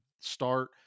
start